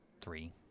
three